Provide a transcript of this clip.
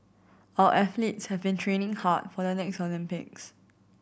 our athletes have been training hard for the next Olympics